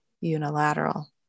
unilateral